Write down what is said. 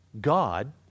God